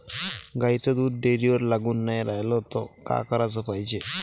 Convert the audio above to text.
गाईचं दूध डेअरीवर लागून नाई रायलं त का कराच पायजे?